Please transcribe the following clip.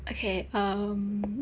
okay um